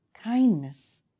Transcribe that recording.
kindness